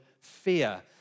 fear